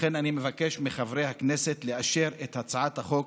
לכן אני מבקש מחברי הכנסת לאשר את הצעת החוק